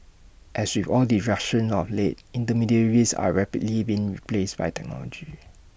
as with all disruptions of late intermediaries are rapidly been replaced by technology